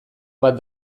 bat